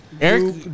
Eric